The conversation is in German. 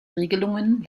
regelungen